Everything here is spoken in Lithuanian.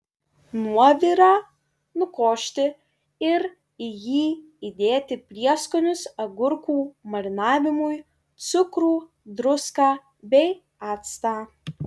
nuovirą nukošti ir į jį įdėti prieskonius agurkų marinavimui cukrų druską bei actą